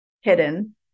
hidden